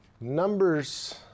Numbers